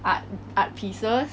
art art pieces